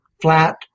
flat